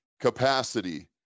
Capacity